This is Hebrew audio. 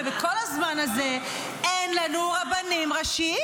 ובכל הזמן הזה אין לנו רבנים ראשיים?